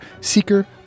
Seeker